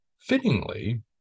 Fittingly